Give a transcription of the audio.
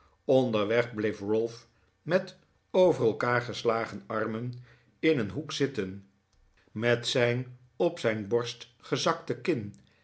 onderweg bleef ralph met over elkaar geslagen armen in een hoek zitten met zijn op zijn borst gezakte kin